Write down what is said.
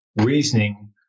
reasoning